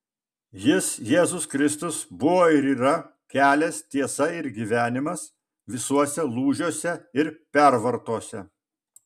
jis jėzus kristus buvo ir yra kelias tiesa ir gyvenimas visuose lūžiuose ir pervartose